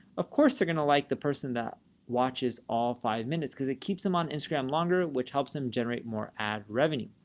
of course, they're going to like the person that watches all five minutes, because it keeps them on instagram longer, which helps them generate more ad revenue.